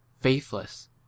faithless